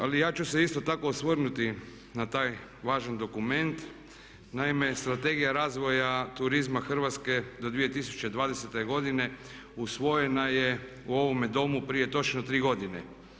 Ali ja ću se isto tako osvrnuti na taj važan dokument, naime Strategija razvoja turizma Hrvatske do 2020.godine usvojena je u ovome domu prije točno 3 godine.